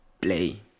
Play